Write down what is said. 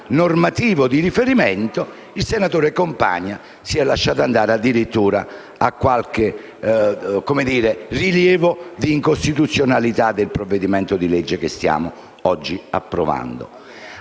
normativo di riferimento, il senatore Compagna si è lasciato andare addirittura a qualche rilievo di incostituzionalità del provvedimento di legge che stiamo oggi approvando.